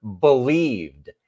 believed